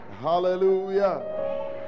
Hallelujah